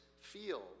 feel